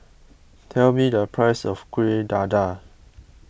tell me the price of Kuih Dadar